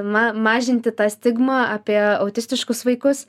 ma mažinti tą stigmą apie autistiškus vaikus